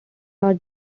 art